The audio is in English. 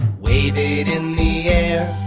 wave in the air.